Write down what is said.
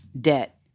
debt